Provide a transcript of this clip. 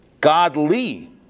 godly